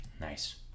Nice